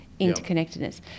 interconnectedness